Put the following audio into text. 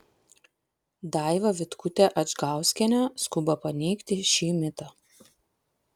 daiva vitkutė adžgauskienė skuba paneigti šį mitą